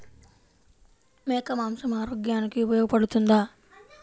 మేక మాంసం ఆరోగ్యానికి ఉపయోగపడుతుందా?